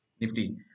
nifty